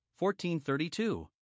1432